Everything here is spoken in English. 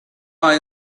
are